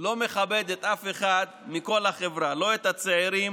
שלא מכבד אף אחד מכל החברה, לא את הצעירים